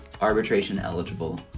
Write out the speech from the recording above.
arbitration-eligible